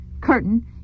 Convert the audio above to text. Curtain